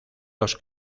los